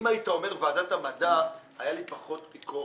אם היית אומר ועדת המדע, היה לי פחות ביקורת.